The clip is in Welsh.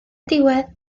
diwedd